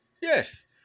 Yes